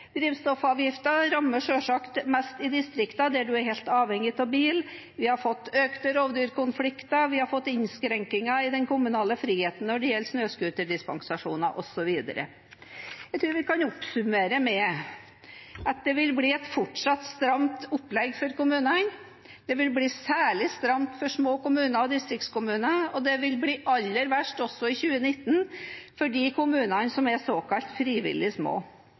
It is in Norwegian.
rammer selvsagt mest i distriktene der man er helt avhengig av bil. Vi har fått økte rovdyrkonflikter, vi har fått innskrenkinger i den kommunale friheten når det gjelder snøscooterdispensasjoner, osv. Jeg tror vi kan oppsummere med at det vil bli et fortsatt stramt opplegg for kommunene. Det vil bli særlig stramt for små kommuner og distriktskommuner, og det vil bli aller verst – også i 2019 – for de kommunene som er såkalt frivillig små.